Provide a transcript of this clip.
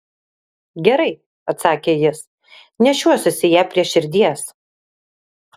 gerai atsakė jis nešiosiuosi ją prie širdies